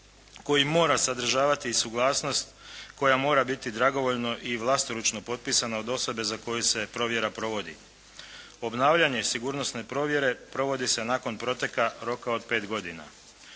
koji mora sadržavati i suglasnost koja mora biti dragovoljno i vlastoručno potpisana od osobe za koju se provjera provodi. Obnavljanje sigurnosne provjere provodi se nakon proteka roka od pet godina.